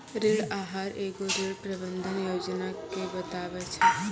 ऋण आहार एगो ऋण प्रबंधन योजना के बताबै छै